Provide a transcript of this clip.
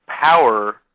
power